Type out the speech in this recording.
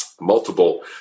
multiple